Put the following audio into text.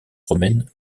romaine